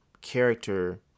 character